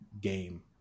game